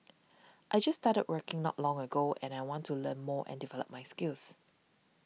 I just started working not long ago and I want to learn more and develop my skills